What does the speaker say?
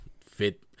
fit